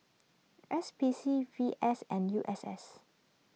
S P C V S and U S S